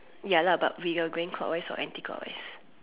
ya lah but we are going clockwise or anti clockwise